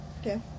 Okay